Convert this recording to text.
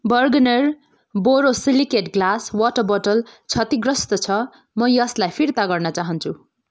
Bergner borosilicate ग्लासको पानीको बोतल क्षतिग्रस्त छ म यसलाई फिर्ता गर्न चाहन्छु